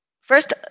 First